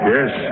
Yes